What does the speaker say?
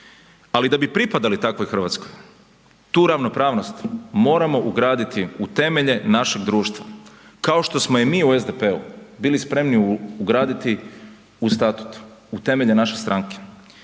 ali da bi pripadali takvoj RH, tu ravnopravnost moramo ugraditi u temelje našeg društva, kao što smo je i mi u SDP-u bili spremni ugraditi u statut, u temelje naše stranke